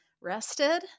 rested